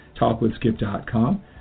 talkwithskip.com